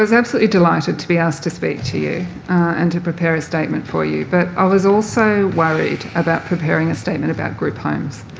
absolutely delighted to be asked to speak to you and to prepare a statement for you, but i was also worried about preparing a statement about group homes,